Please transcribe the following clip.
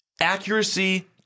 Accuracy